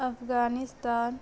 Afghanistan